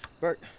Bert